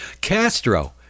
Castro